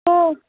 हो